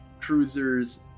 cruisers